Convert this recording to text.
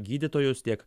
gydytojus tiek